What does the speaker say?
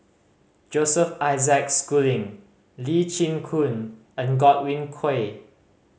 Joseph Isaac Schooling Lee Chin Koon and Godwin Koay